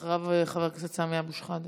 אחריו, חבר הכנסת סמי אבו שחאדה.